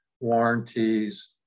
warranties